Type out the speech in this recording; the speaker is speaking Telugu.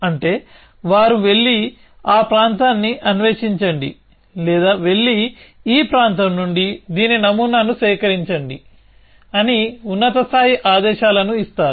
అంటే వారు వెళ్లి ఆ ప్రాంతాన్ని అన్వేషించండి లేదా వెళ్లి ఈ ప్రాంతం నుండి దీని నమూనాలను సేకరించండి అని ఉన్నత స్థాయి ఆదేశాలను ఇస్తారు